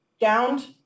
gowned